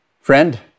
Friend